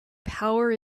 power